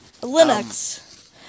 Linux